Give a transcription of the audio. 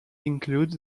included